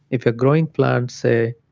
if you're growing plants, say,